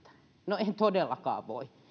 no en todellakaan voi